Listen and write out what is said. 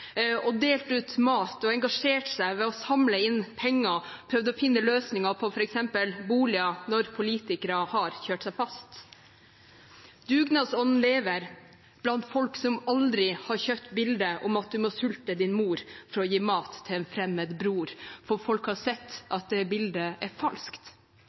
og delt ut mat og engasjert seg ved å samle inn penger og prøvd å finne løsninger på f.eks. boliger når politikere har kjørt seg fast. Dugnadsånden lever blant folk, som aldri har kjøpt bildet om at du må sulte din mor for å gi mat til en fremmed bror. For folk har sett at det bildet er falskt.